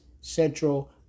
Central